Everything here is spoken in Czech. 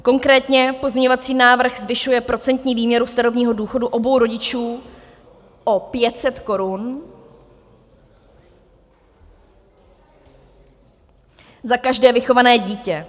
Konkrétně pozměňovací návrh zvyšuje procentní výměru starobního důchodu obou rodičů o 500 korun za každé vychované dítě.